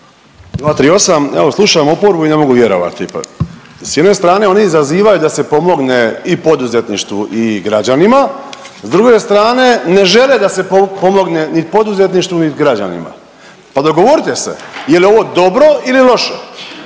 Evo slušam oporbu i ne mogu vjerovati ipak. S jedne strane oni izazivaju da se pomogne i poduzetništvu i građanima. S druge strane ne žele da se pomogne ni poduzetništvu niti građanima. Pa dogovorite se jel' je ovo dobro ili loše.